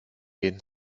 gehen